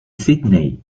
sídney